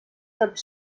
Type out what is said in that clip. tot